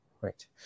right